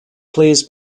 plays